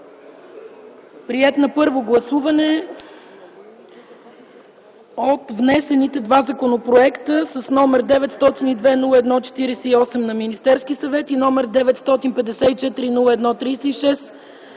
приет на първо гласуване, от внесените два законопроекта с № 902-01-48 на Министерския съвет и № 954-01-36,